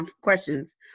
questions